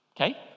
Okay